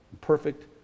Perfect